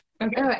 Okay